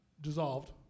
dissolved